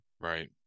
right